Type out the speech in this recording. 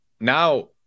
now